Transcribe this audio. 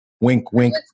wink-wink